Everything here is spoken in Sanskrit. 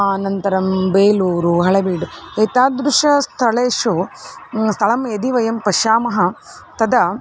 आनन्तरं बेलूरु हळेबीडु एतादृशस्थलेषु स्थलं यदि वयं पश्यामः तदा